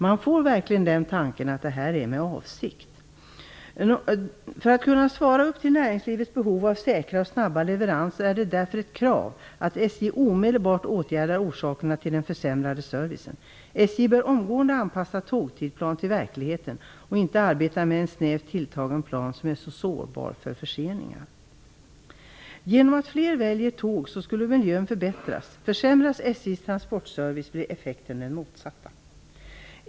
Man får verkligen tanken att detta gjorts med avsikt. I skrivelsen anförs dessutom: "För att kunna svara upp till näringslivets behov av säkra och snabba leveranser är det därför ett krav att SJ omedelbart åtgärdar orsakerna till den försämrade servicen. SJ bör omgående anpassa sin tågtidplan till verkligheten och inte arbeta med en snävt tilltagen plan som är så sårbar för förseningar." Genom att fler väljer tåg skulle miljön förbättras. Försämras SJ:s transportservice blir effekten den motsatta.